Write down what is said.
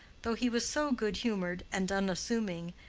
though he was so good-humored and unassuming,